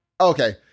Okay